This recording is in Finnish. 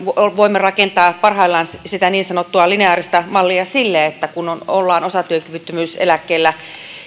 voimme rakentaa parhaillaan sitä niin sanottua lineaarista mallia sille kun ollaan osatyökyvyttömyyseläkkeellä